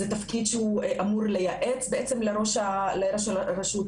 זה תפקיד שהוא אמור לייעץ לראש הרשות,